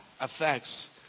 Affects